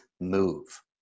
move